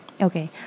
okay